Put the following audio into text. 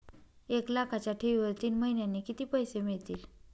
एक लाखाच्या ठेवीवर तीन महिन्यांनी किती पैसे मिळतील?